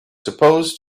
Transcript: supposed